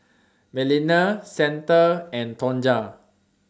Melina Santa and Tonja